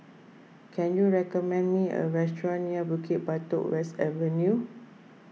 can you recommend me a restaurant near Bukit Batok West Avenue